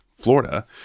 Florida